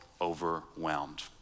overwhelmed